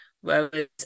Whereas